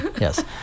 Yes